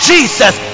Jesus